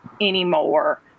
anymore